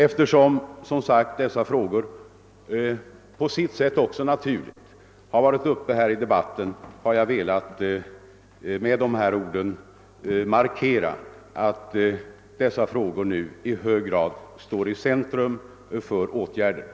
Eftersom dessa frågor har tagits upp här i debatten, har jag velat med dessa ord markera att frågorna nu i hög grad står i centrum för uppmärksamheten.